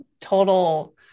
total